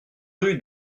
rue